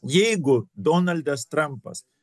jeigu donaldas trampas